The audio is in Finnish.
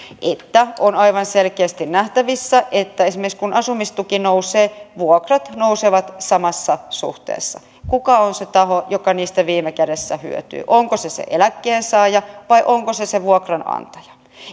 että on aivan selkeästi nähtävissä että esimerkiksi kun asumistuki nousee vuokrat nousevat samassa suhteessa kuka on se taho joka niistä viime kädessä hyötyy onko se se eläkkeensaaja vai onko se se vuokranantaja